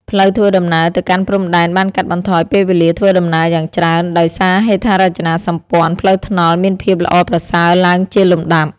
ផ្លូវធ្វើដំណើរទៅកាន់ព្រំដែនបានកាត់បន្ថយពេលវេលាធ្វើដំណើរយ៉ាងច្រើន ដោយសារហេដ្ឋារចនាសម្ព័ន្ធផ្លូវថ្នល់មានភាពល្អប្រសើរឡើងជាលំដាប់។